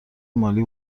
مالی